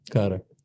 Correct